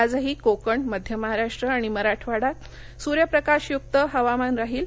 आजही कोकण मध्य महाराष्ट्र आणि मराठवाडा सूर्यप्रकाशयुक्त हवामान राहील